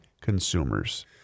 consumers